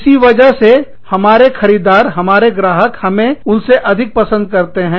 इसी वजह से हमारे खरीददार हमारे ग्राहक हमें उनसे अधिक पसंद करते हैं